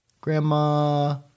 Grandma